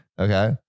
Okay